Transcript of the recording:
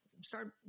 start